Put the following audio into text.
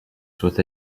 soient